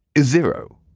zero.